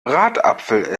bratapfel